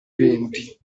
venti